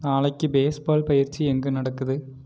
நாளைக்கு பேஸ்பால் பயிற்சி எங்கே நடக்குது